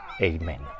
Amen